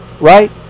Right